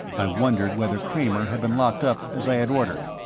i wondered whether kramer had been locked up as i had ordered,